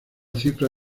cifra